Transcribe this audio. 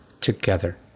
together